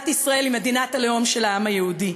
ישראל היא מדינת הלאום של העם היהודי.